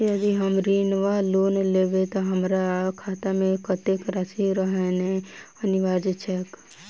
यदि हम ऋण वा लोन लेबै तऽ हमरा खाता मे कत्तेक राशि रहनैय अनिवार्य छैक?